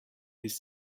this